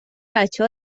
بچه